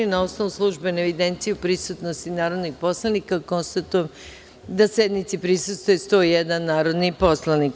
Na osnovu službene evidencije o prisutnosti narodnih poslanika, konstatujem da sednici prisustvuje 101 narodnih poslanika.